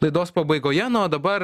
laidos pabaigoje na o dabar